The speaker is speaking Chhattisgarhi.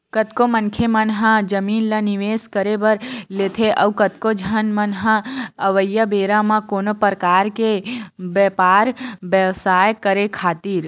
कतको मनखे मन ह जमीन ल निवेस करे बर लेथे अउ कतको झन मन ह अवइया बेरा म कोनो परकार के बेपार बेवसाय करे खातिर